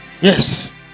yes